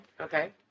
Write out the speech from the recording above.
okay